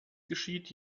geschieht